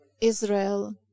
Israel